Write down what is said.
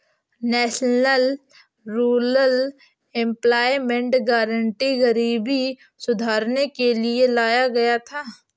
national rural employment guarantee गरीबी सुधारने के लिए लाया गया था